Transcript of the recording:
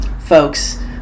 folks